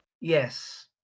Yes